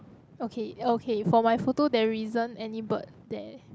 okay okay for my photo there isn't any bird there